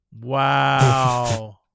Wow